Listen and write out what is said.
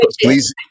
Please